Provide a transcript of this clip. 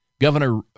Governor